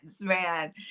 man